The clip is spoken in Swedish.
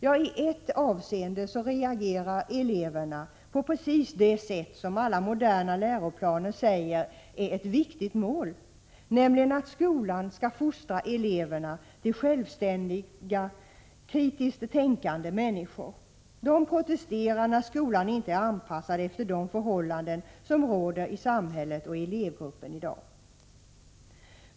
Ja, i ett avseende reagerar eleverna på det sätt som alla moderna läroplaner säger är ett viktigt mål — nämligen att skolan skall fostra eleverna till självständiga, kritiskt tänkande människor. De protesterar när skolan inte är anpassad efter de förhållanden som råder i samhället och i elevgruppen i dag.